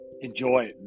enjoy